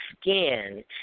skin